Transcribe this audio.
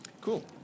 Cool